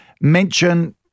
Mention